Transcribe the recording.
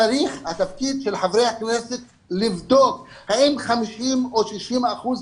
התפקיד של חברי הכנסת הוא לבדוק האם 50 או 60 אחוזים